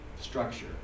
structure